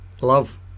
Love